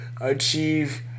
achieve